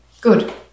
good